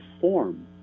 form